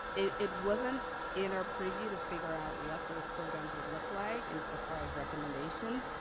it it wasn't in our purview to figure out what those programs would look like, and as far as recommendations.